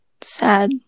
Sad